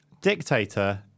Dictator